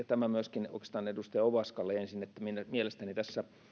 tämä oikeastaan edustaja ovaskalle ensin että mielestäni tässä